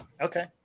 Okay